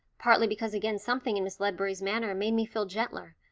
partly because again something in miss ledbury's manner made me feel gentler,